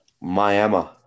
Miami